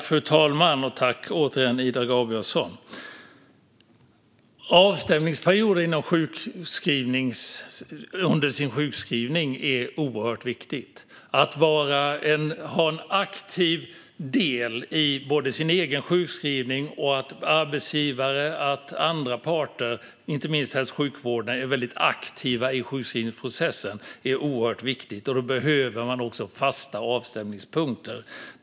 Fru talman! Avstämningsperioder under sjukskrivningen är oerhört viktigt. Att man tar en aktiv del i sin egen sjukskrivning och att arbetsgivare och andra parter, inte minst hälso och sjukvården, är väldigt aktiva i sjukskrivningsprocessen är också oerhört viktigt. Då behöver man fasta avstämningspunkter.